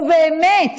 ובאמת,